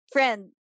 Friend